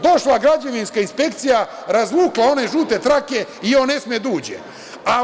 Došla građevinska inspekcija, razvukla one žute trake i on ne sme da uđe.